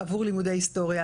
עבור לימודי היסטוריה,